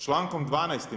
Člankom 12.